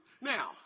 Now